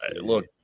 look